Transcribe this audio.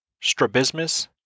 strabismus